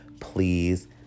please